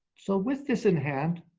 so with this in hand,